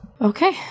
Okay